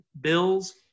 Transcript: Bills